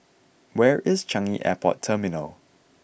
where is Changi Airport Terminal